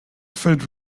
felt